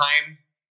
times